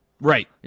Right